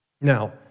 Now